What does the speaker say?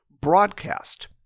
broadcast